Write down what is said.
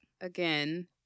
again